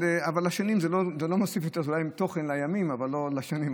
זה מוסיף תוכן לימים, אבל לא לשנים.